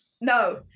No